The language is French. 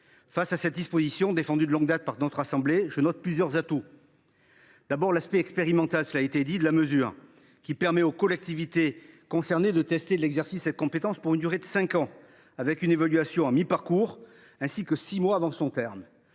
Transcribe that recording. Cette disposition défendue de longue par la Haute Assemblée présente plusieurs atouts. L’aspect expérimental de la mesure, tout d’abord, permet aux collectivités concernées de tester l’exercice de cette compétence pour une durée de cinq ans, avec une évaluation à mi parcours, ainsi que six mois avant son terme.